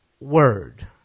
word